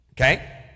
Okay